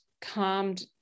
calmed